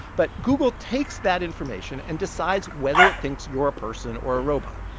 but google takes that information and decides whether it thinks you're a person or a robot.